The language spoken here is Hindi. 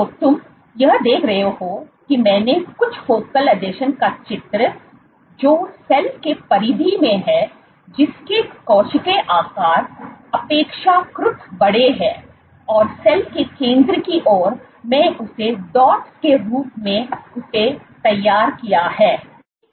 तो तुम यह देख रहे हो की मैंने कुछ फोकल आसंजन का चित्र जो सेल की परिधि में हैं जिसके कोशिका आकार अपेक्षाकृत बड़े है और सेल के केंद्र की ओर मैं उसे डॉट्स के रूप में उसे तैयार किया है